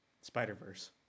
Spider-Verse